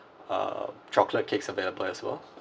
uh chocolate cakes available as well